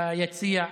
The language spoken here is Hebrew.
ביציע,